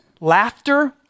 laughter